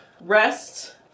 rest